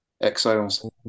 Exiles